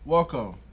Welcome